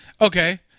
Okay